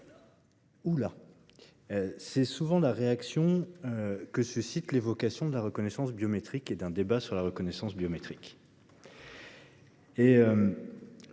Houlala ! C'est souvent la réaction que suscite l'évocation de la reconnaissance biométrique et d'un débat sur le sujet. Est-ce en